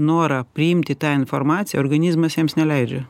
norą priimti tą informaciją organizmas jiems neleidžia